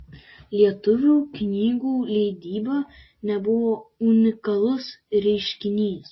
lietuvių knygų leidyba nebuvo unikalus reiškinys